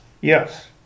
Yes